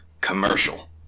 Commercial